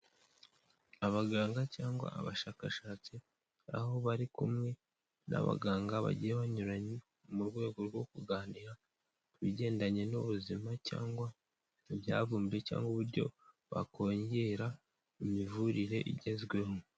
Abaganga cyangwa abashakashatsi, aho bari kumwe n'abaganga bagiye banyuranye, mu rwego rwo kuganira ku bigendanye n'ubuzima, cyangwa ibyavumbuwe cyangwa uburyo bakongera imivurire igezweho.